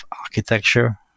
architecture